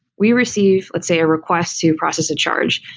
we receive let's say a request to process a charge.